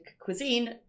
cuisine